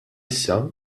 issa